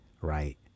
Right